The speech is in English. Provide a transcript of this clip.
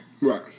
Right